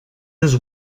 his